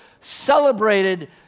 celebrated